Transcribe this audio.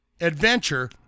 adventure